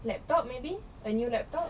laptop maybe a new laptop